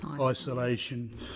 isolation